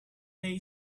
lay